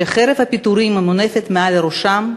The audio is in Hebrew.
שחרב הפיטורים מונפת מעל ראשם,